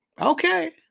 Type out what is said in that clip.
Okay